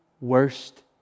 worst